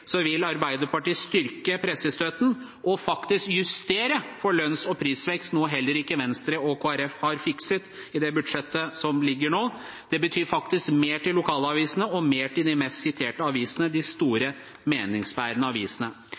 så har dette stortinget et stort ansvar. Demokratiet er avhengig av mediemangfold. Mens Høyre og Fremskrittspartiet mangler innsikt i hva Medie-Norge trenger, vil Arbeiderpartiet styrke pressestøtten og faktisk justere for lønns- og prisvekst, noe heller ikke Venstre og Kristelig Folkeparti har fikset i det budsjettet som ligger nå. Det betyr faktisk mer til